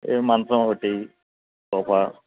ఈ మంచం ఒకటి సోఫా